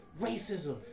racism